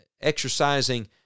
exercising